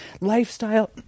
lifestyle